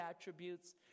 attributes